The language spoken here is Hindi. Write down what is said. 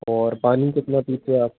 और पानी कितना पीते हो आप